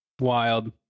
Wild